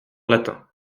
latin